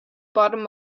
bottom